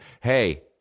hey